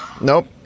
nope